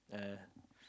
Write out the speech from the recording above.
uh